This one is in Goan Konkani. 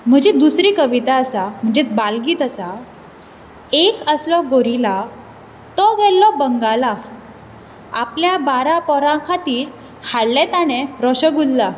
म्हजी दुसरी कविता आसा म्हणजेच बाल गीत आसा एक आसलो गोरिला तो गेल्लों बंगालाक आपल्या बारा पोरां खातीर हाडले ताणें रोशगुल्ला